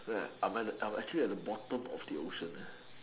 then I'm I'm actually at the bottom of the ocean